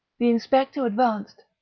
the inspector advanced,